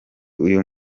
uyu